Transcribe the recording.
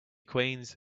queens